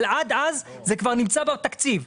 אבל עד אז זה כבר נמצא בתקציב.